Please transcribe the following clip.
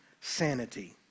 sanity